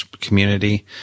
community